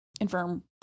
infirm